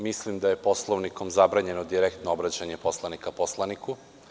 Mislim da je Poslovnikom zabranjeno direktno obraćanje poslanika poslaniku.